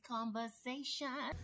Conversation